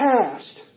past